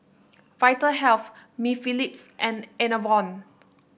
Vitahealth Mepilex and Enervon